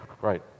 Right